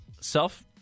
self